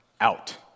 out